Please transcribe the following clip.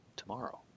Tomorrow